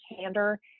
candor